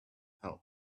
help